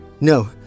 No